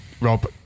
Rob